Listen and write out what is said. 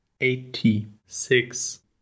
eighty-six